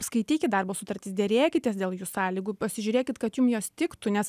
skaitykit darbo sutartis derėkitės dėl jų sąlygų pasižiūrėkit kad jum jos tiktų nes